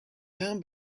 down